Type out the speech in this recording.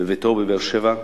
בביתו בבאר-שבע.